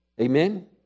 Amen